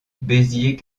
béziers